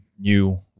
new